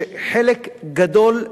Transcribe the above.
שחלק גדול,